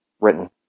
written